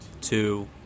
two